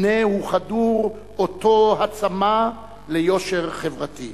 הנה הוא חדור אותו הצמא ליושר חברתי".